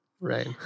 Right